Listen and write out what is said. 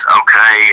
okay